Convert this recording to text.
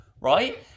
right